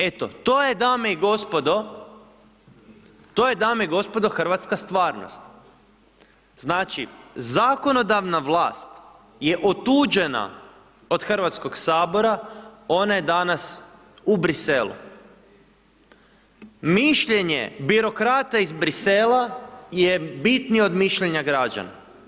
Eto to je dame i gospodo, to je dame i gospodo Hrvatska stvarnost, znači zakonodavna vlast je otuđena od Hrvatskog sabora, ona je danas u Bruxellesu, mišljenje birokrata iz Bruxellesa je bitnije od mišljenja građana.